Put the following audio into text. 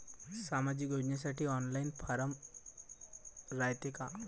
सामाजिक योजनेसाठी online form रायते का?